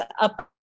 Up